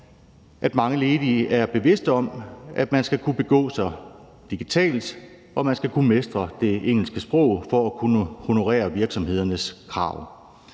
at mange ledige er bevidste om, at man skal kunne begå sig digitalt og man skal kunne mestre det engelske sprog for at kunne honorere virksomhedernes krav.